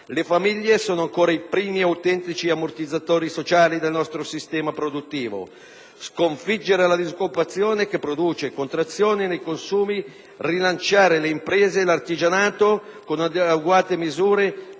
Le famiglie sono ancora i primi, autentici ammortizzatori sociali del nostro sistema produttivo. Sconfiggere la disoccupazione che produce contrazione nei consumi, rilanciare le imprese e l'artigianato con adeguate misure